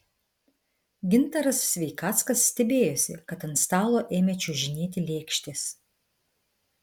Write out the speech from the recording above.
gintaras sveikackas stebėjosi kad ant stalo ėmė čiuožinėti lėkštės